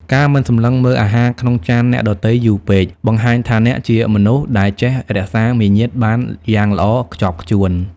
ការមិនសម្លឹងមើលអាហារក្នុងចានអ្នកដទៃយូរពេក បង្ហាញថាអ្នកជាមនុស្សដែលចេះរក្សាមារយាទបានយ៉ាងល្អខ្ជាប់ខ្ជួន។